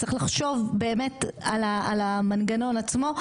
צריך לחשוב באמת על המנגנון עצמו,